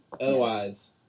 Otherwise